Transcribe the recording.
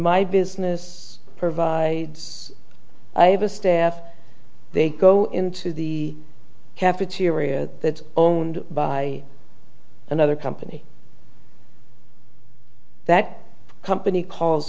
my business provides i have a staff they go into the cafeteria that's owned by another company that company calls